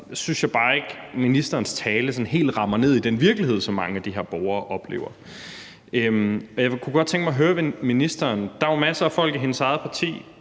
synes jeg bare ikke, ministerens tale helt rammer ned i den virkelighed, som mange af de her borgere oplever. Jeg kunne godt tænke mig at høre ministeren om noget. Der er jo masser af folk i hendes eget parti,